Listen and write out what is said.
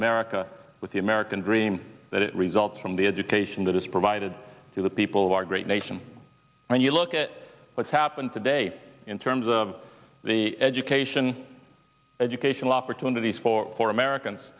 america with the american dream that it results from the education that is provided to the people of our great nation when you look at what's happened today in terms of the education educational opportunities for for americans